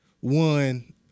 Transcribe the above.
one